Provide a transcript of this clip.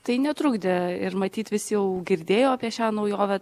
tai netrukdė ir matyt visi jau girdėjo apie šią naujovę